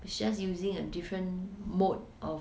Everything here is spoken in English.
it's just using a different mode of